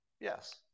Yes